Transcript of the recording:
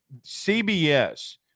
CBS